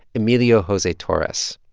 emilio jose torres.